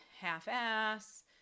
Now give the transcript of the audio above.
half-ass